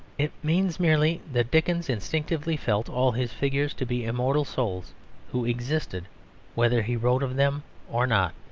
it means merely that dickens instinctively felt all his figures to be immortal souls who existed whether he wrote of them or not,